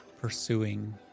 pursuing